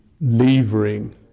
levering